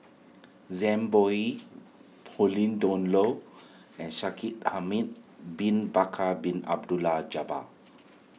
Zhang Bohe Pauline Dawn Loh and Shaikh Bin Bakar Bin Abdullah Jabbar